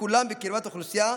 כולם בקרבת אוכלוסייה,